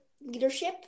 leadership